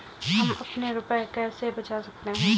हम अपने रुपये कैसे बचा सकते हैं?